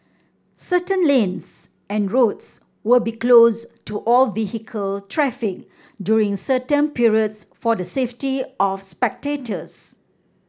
certain lanes and roads will be closed to all vehicle traffic during certain periods for the safety of spectators